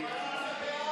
סעיף 2,